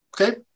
okay